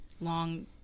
long